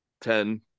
ten